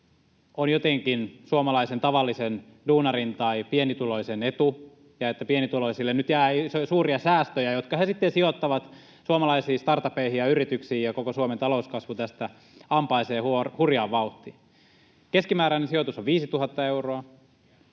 on jotenkin suomalaisen tavallisen duunarin tai pienituloisen etu ja että pienituloisille nyt jää suuria säästöjä, jotka he sitten sijoittavat suomalaisiin startupeihin ja yrityksiin, ja koko Suomen talouskasvu tästä ampaisee hurjaan vauhtiin. Keskimääräinen sijoitus on 5 000 euroa.